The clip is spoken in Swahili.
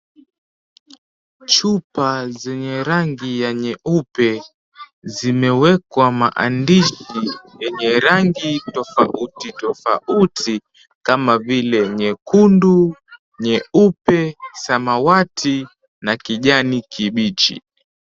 Chupa zenye rangi ya nyeupe, zimewekwa maandishi yenye rangi tofauti tofauti kama vile nyekundu, nyeupe, samawati na kijani kibichi.